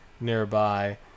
nearby